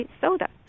soda